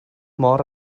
mor